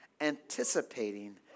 anticipating